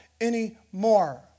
anymore